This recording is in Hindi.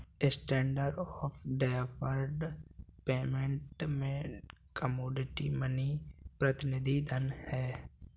स्टैण्डर्ड ऑफ़ डैफर्ड पेमेंट में कमोडिटी मनी प्रतिनिधि धन हैं